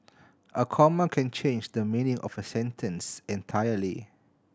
a comma can change the meaning of a sentence entirely